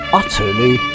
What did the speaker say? utterly